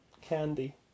candy